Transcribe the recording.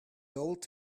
old